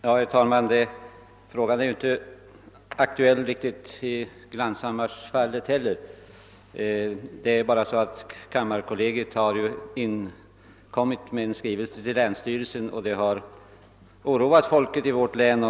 Herr talman! Frågan är inte aktuell i Glanshammarsfallet heller. Det är bara så att kammarkollegiet har inkommit med en skrivelse till länsstyrelsen, vilket har oroat folket i vårt län.